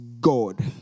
God